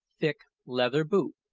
thick, leather boot,